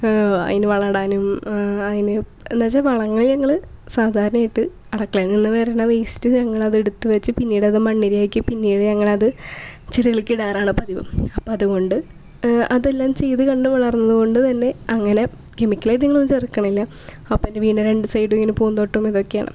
അയിന് വള ഇടാനും അതിന് എന്നുവെച്ചാൽ വളങ്ങള് ഞങ്ങള് സാധാരണയായിട്ട് അടുക്കളയിൽ നിന്ന് വരുന്ന വേസ്റ്റ് ഞങ്ങളതെടുത്തു വെച്ച് പിന്നീട് അത് മണ്ണിരയാക്കി പിന്നീട് ഞങ്ങള് അത് ചെടികളിലേക് ഇടാറാണ് പതിവ് അപ്പോൾ അതുകൊണ്ട് അതെല്ലാം ചെയ്ത് കണ്ട് വളർന്നത് കൊണ്ടുതന്നെ അങ്ങനെ കെമിക്കലായിട്ടുള്ളതൊന്നും ചേർക്കുന്നില്ല അപ്പോൾ എൻ്റെ വീടിൻ്റെ രണ്ടുസൈഡും ഇങ്ങനെ പൂന്തോട്ടമോ ഇതൊക്കെയാണ്